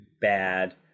bad